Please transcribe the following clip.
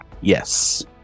yes